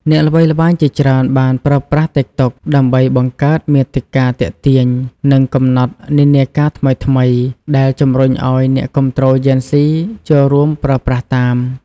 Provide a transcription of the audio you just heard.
អ្នកល្បីល្បាញជាច្រើនបានប្រើប្រាស់តិកតុក ដើម្បីបង្កើតមាតិកាទាក់ទាញ និងកំណត់និន្នាការថ្មីៗ ដែលជំរុញឱ្យអ្នកគាំទ្រជេនហ្ស៊ីចូលរួមប្រើប្រាស់តាម។